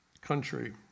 country